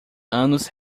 anos